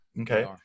Okay